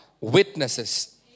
witnesses